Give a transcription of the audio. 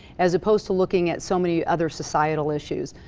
as opposed to looking at so many other societal issues.